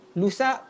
lusa